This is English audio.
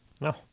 No